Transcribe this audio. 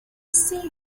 see